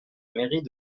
mairie